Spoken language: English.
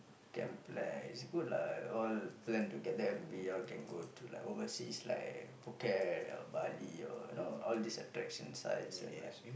can play it's good lah all plan together we all can go to overseas like Phuket or Bali you know all these attraction sites and like